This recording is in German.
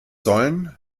sollen